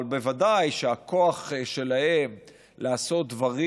אבל בוודאי שהכוח שלהם לעשות דברים